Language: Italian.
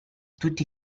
tutti